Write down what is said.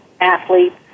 athletes